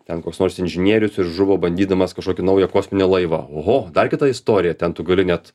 ten koks nors inžinierius ir žuvo bandydamas kažkokį naują kosminį laivą a oho dar kita istorija ten tu gali net